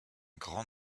grand